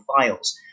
files